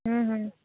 हुँ हुँ